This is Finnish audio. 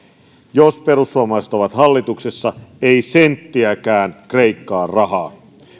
jos perussuomalaiset ovat hallituksessa ei senttiäkään kreikkaan rahaa